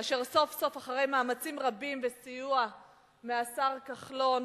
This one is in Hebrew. אשר סוף-סוף אחרי מאמצים רבים וסיוע מהשר כחלון